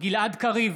גלעד קריב,